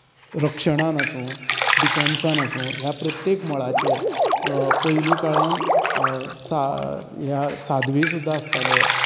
रक्षणान आसूं डिफेन्सान आसूं ह्या प्रत्येक मळाचेर पयली काळार सा ह्या सादवी सुद्दा आसताले